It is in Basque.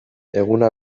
eguna